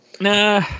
Nah